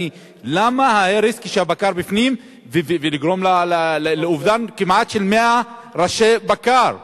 למה ההרס כשהבקר בפנים ולגרום לאובדן כמעט של 100 ראשי בקר ועגלים?